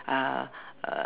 uh uh